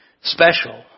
special